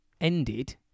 ended